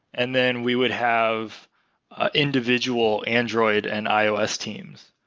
and then we would have individual android and ios teams.